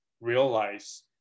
realize